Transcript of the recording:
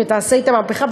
ותעשה אתם מהפכה,